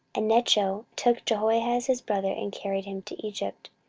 and necho took jehoahaz his brother, and carried him to egypt.